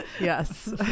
Yes